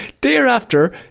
thereafter